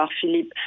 Philippe